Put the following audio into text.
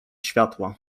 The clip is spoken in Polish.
światła